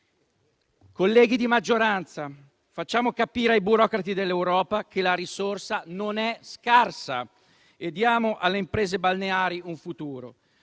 Colleghi di maggioranza, facciamo capire ai burocrati dell'Europa che la risorsa non è scarsa e diamo alle imprese balneari un futuro.